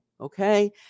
okay